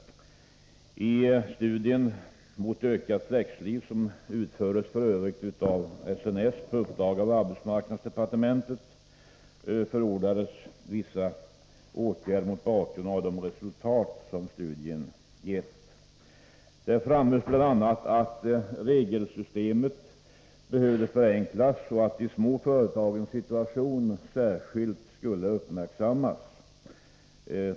I studien Mot ökat flexliv, som f. ö. utfördes av SNS på uppdrag av arbetsmarknadsdepartementet, förordades vissa åtgärder mot bakgrund av de resultat studien givit. Där framhölls bl.a. att regelsystemet behöver förenklas och de små företagens situation särskilt uppmärksammas.